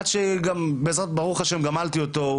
עד שברוך השם גמלתי אותו.